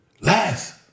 Last